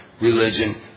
religion